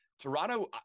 Toronto